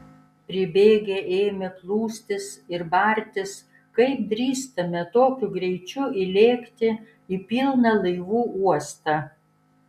pribėgę ėmė plūstis ir bartis kaip drįstame tokiu greičiu įlėkti į pilną laivų uostą